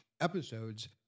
episodes